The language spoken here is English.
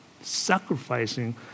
Sacrificing